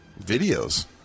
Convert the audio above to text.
Videos